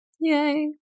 yay